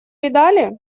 видали